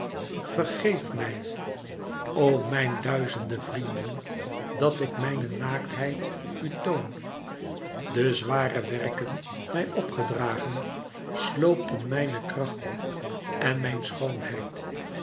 vergeeft mij o mijn duizende vrienden dat ik mijne naaktheid u toon de zware werken mij op gedragen sloopten mijne kracht en mijn schoonheid